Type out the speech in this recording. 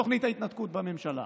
לתוכנית ההתנתקות בממשלה.